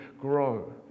grow